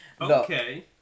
Okay